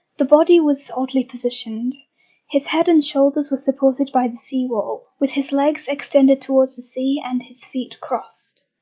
the body was oddly positioned his head and shoulders were supported by the seawall, with his legs extended towards the sea and his feet crossed,